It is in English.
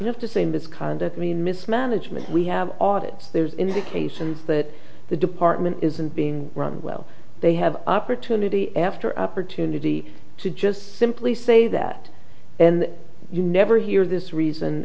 you have to say misconduct mean mismanagement we have audits there's indications that the department isn't being run well they have opportunity after opportunity to just simply say that and you never hear this reason